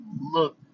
look